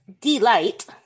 delight